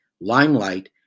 Limelight